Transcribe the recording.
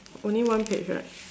only one page right